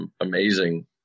amazing